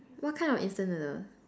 what kind of instant noodles